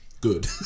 good